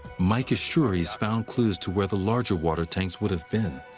mike is sure he's found clues to where the larger water tanks would have been.